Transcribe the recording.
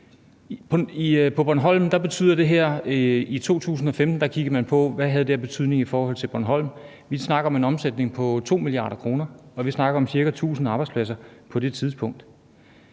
og det er centrene. I 2015 kiggede man på, hvad de her ting havde af betydning for Bornholm. Vi snakker om en omsætning på 2 mia. kr., og vi snakker om ca. 1.000 arbejdspladser på det tidspunkt.